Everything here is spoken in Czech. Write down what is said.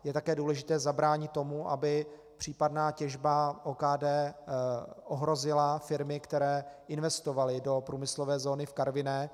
Je také důležité zabránit tomu, aby případná těžba OKD ohrozila firmy, které investovaly do průmyslové zóny v Karviné.